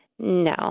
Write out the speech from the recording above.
No